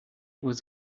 was